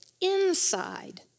inside